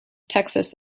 texas